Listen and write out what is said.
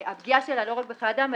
הפגיעה שלה היא לא רק בחיי אדם,